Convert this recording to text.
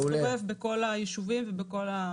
הוא צריך להסתובב בכל היישובים ובערים.